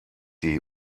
die